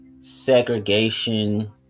segregation